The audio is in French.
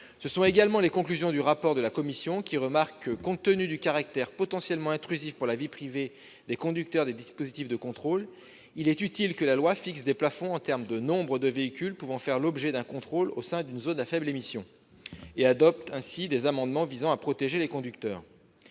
correspond également aux conclusions de la commission :« Compte tenu du caractère potentiellement intrusif pour la vie privée des conducteurs des dispositifs de contrôle, il est utile que la loi fixe des plafonds en termes de nombre de véhicules pouvant faire l'objet d'un contrôle au sein d'une ZFE. » Elle a donc adopté des amendements visant à protéger les conducteurs.